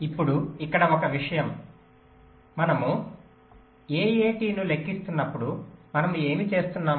ఇప్పుడు ఇక్కడ ఒక విషయం మనం AAT ను లెక్కిస్తున్నప్పుడు మనము ఏమి చేస్తున్నాము